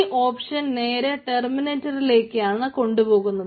ഈ ഓപ്ഷൻ നേരെ ടെർമിനേറ്ററിലേക്കാണ് കൊണ്ടു പോകുന്നത്